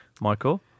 Michael